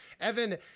Evan